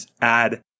add